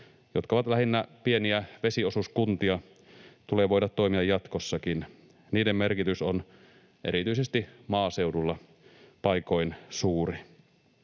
jotka ovat lähinnä pieniä vesiosuuskuntia, tulee voida toimia jatkossakin. Niiden merkitys on erityisesti maaseudulla paikoin suuri.